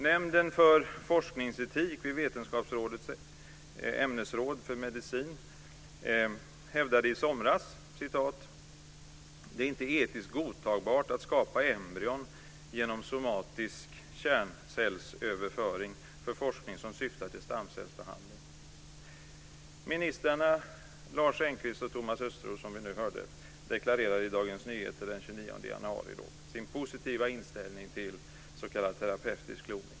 Nämnden för forskningsetik vid Vetenskapsrådets ämnesråd för medicin hävdade i somras följande: "Det är inte etiskt godtagbart att skapa embryon genom somatisk kärncellsöverföring för forskning som syftar till stamcellsbehandling." Ministrarna Lars Engqvist och Thomas Östros deklarerar i Dagens Nyheter den 29 januari, som vi hörde, sin positiva inställning till s.k. terapeutisk kloning.